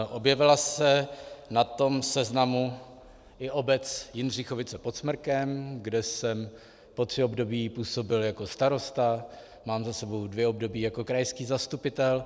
Objevila se na tom seznamu i obec Jindřichovice pod Smrkem, kde jsem po tři období působil jako starosta, mám za sebou dvě období i jako krajský zastupitel.